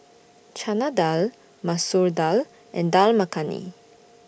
Chana Dal Masoor Dal and Dal Makhani